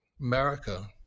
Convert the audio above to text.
America